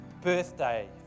Birthday